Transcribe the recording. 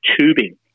tubing